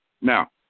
Now